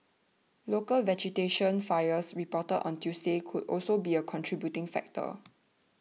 local vegetation fires reported on Tuesday could also be a contributing factor